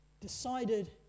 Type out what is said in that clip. decided